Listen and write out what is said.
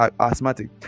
asthmatic